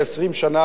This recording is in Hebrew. חותנתי,